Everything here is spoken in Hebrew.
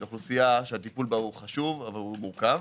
זו אוכלוסייה שהטיפול בה חשוב אך הוא מורכב.